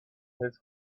his